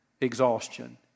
exhaustion